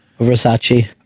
Versace